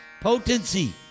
potency